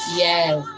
Yes